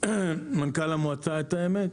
מנכ"ל המועצה, את האמת.